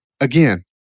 Again